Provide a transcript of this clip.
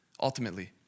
ultimately